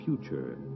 future